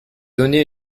donné